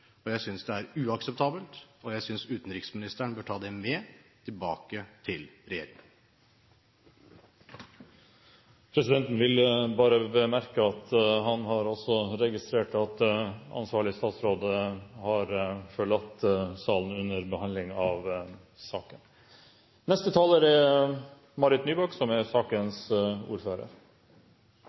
at jeg synes det er uakseptabelt. Jeg synes utenriksministeren bør ta det med seg tilbake til regjeringen. Presidenten vil bare bemerke at han har også registrert at ansvarlig statsråd har forlatt salen under behandlingen av saken. La meg først få understreke at det er veldig pussig at ansvarlig statsråd ikke er